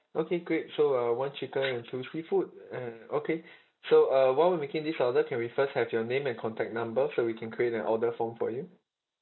okay great so uh one chicken and two seafood uh okay so uh while we making this order can we first have your name and contact number so we can create an order form for you